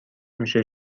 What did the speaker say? میشه